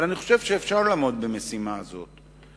אבל אני חושב שאפשר לעמוד במשימה הזאת.